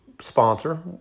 sponsor